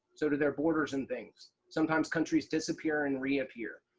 so do their borders and things. sometimes countries disappear and reappear,